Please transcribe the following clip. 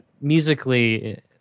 musically